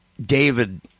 David